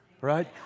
Right